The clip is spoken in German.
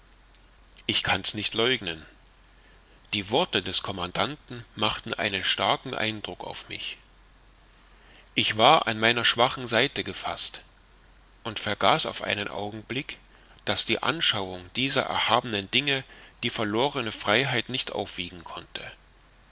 ich kann's nicht leugnen diese worte des commandanten machten einen starken eindruck auf mich ich war an meiner schwachen seite gefaßt und vergaß auf einen augenblick daß die anschauung dieser erhabenen dinge die verlorene freiheit nicht aufwiegen konnte